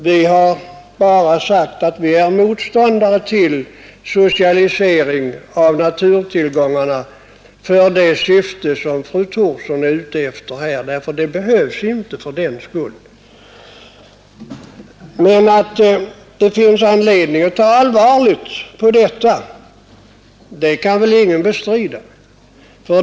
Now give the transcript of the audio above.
Vi har bara sagt att vi är motståndare till socialisering av naturtillgångarna för det syfte som fru Thorsson är ute i därför att det behövs ingen socialisering för det. Men att det finns anledning att ta allvarligt på detta kan väl ingen bestrida.